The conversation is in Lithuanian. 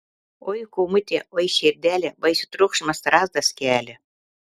oi kūmute oi širdele baisų triukšmą strazdas kelia